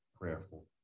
prayerful